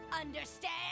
Understand